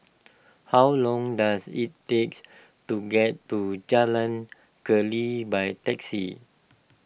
how long does it takes to get to Jalan Keli by taxi